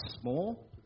small